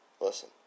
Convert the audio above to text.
Listen